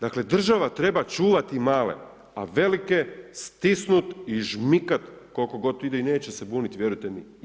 Dakle, država treba čuvati male, a velike stisnut i žmikat koliko god ide i neće se buniti, vjerujte mi.